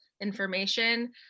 information